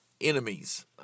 enemies